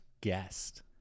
guest